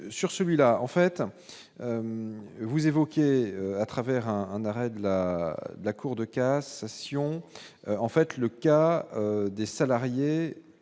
sur celui-là, en fait, vous évoquez à travers un arrêt de la la Cour de cassation, en fait, le cas des salariés